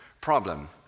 problem